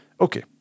Okay